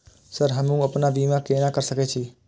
Sir हमू अपना बीमा केना कर सके छी?